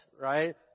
right